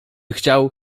chciał